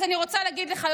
אז אני רוצה להגיד לך,